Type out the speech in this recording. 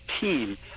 team